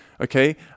Okay